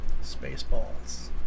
Spaceballs